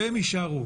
והם יישארו.